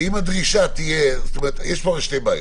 יש פה שתי בעיות.